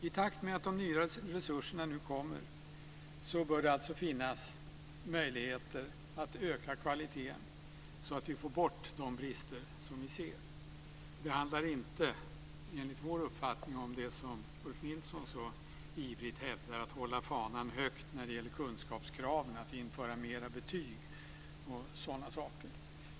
I takt med att de nya resurserna nu kommer bör det alltså finnas möjligheter att öka kvaliteten så att vi får bort de brister som vi ser. Det handlar inte, enligt vår uppfattning, om det som Ulf Nilsson så ivrigt hävdar, att hålla fanan högt när det gäller kunskapskraven, att införa mera betyg och sådana saker.